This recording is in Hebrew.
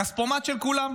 הכספומט של כולם.